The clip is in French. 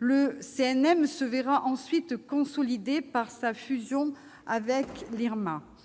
le CNM se verra ensuite consolidé par sa fusion avec l'IRMA-